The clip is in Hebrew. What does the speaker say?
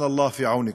אלוהים יהיה בעזרכם.)